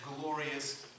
glorious